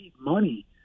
money